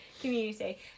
community